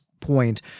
point